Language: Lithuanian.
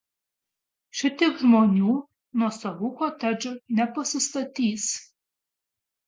šitiek žmonių nuosavų kotedžų nepasistatys